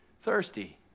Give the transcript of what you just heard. thirsty